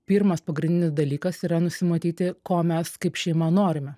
pirmas pagrindinis dalykas yra nusimatyti ko mes kaip šeima norime